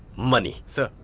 money. sir,